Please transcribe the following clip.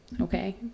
okay